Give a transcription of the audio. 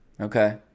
Okay